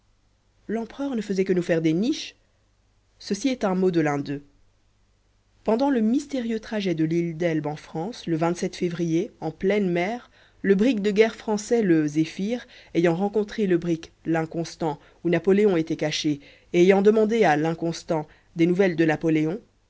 l'empereur ne faisait que nous faire des niches ceci est un mot de l'un d'eux pendant le mystérieux trajet de l'île d'elbe en france le février en pleine mer le brick de guerre français le zéphir ayant rencontré le brick l'inconstant où napoléon était caché et ayant demandé à l'inconstant des nouvelles de napoléon